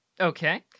Okay